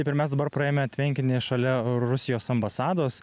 taip ir mes dabar praėjome tvenkinį šalia rusijos ambasados